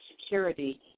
security